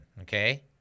okay